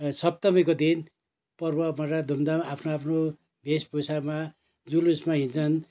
सप्तमीको दिन पर्व परेर र धुमधाम आफ्नो आफ्नो वेषभूषामा जुलुसमा हिँड्छन्